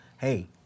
hey